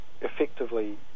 effectively